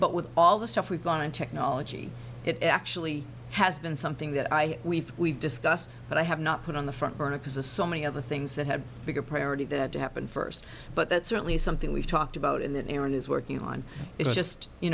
but with all the stuff we've gone in technology it actually has been something that i we've we've discussed but i have not put on the front burner because the so many other things that have bigger priority that to happen first but that's certainly something we've talked about in the air and is working on is just you